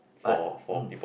but mm